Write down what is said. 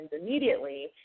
immediately